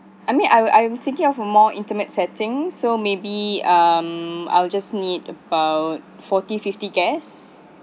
I mean I'm I'm thinking of a more intimate setting so maybe um I'll just need about forty fifty guests